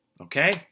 okay